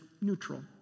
neutral